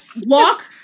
walk